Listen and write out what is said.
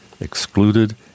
Excluded